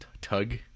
Tug